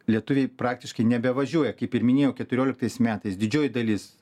lietuviai praktiškai nebevažiuoja kaip ir minėjau keturioliktais metais didžioji dalis